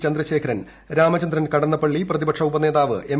ചന്ദ്രശേഖരൻ രാമചന്ദ്രൻ കടന്നപ്പള്ളി പ്രതിപക്ഷ ഉപനേതാവ് എം